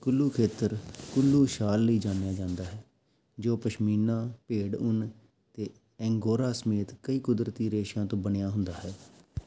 ਕੁੱਲੂ ਖੇਤਰ ਕੁੱਲੂ ਸ਼ਾਲ ਲਈ ਜਾਣਿਆ ਜਾਂਦਾ ਹੈ ਜੋ ਪਸ਼ਮੀਨਾ ਭੇਡ ਉੱਨ ਅਤੇ ਐਂਗੋਰਾ ਸਮੇਤ ਕਈ ਕੁਦਰਤੀ ਰੇਸ਼ਿਆਂ ਤੋਂ ਬਣਿਆ ਹੁੰਦਾ ਹੈ